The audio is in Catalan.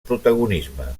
protagonisme